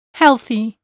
healthy